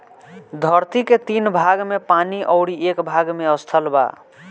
धरती के तीन भाग में पानी अउरी एक भाग में स्थल बा